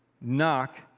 Knock